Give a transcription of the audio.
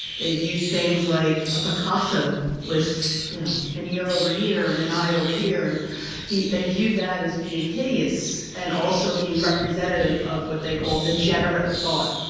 they viewed things like a picasso with you know an ear over yeah here and an eye over here, and yeah they viewed that as being hideous, and also being representative of what they called degenerate thought.